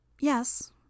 Yes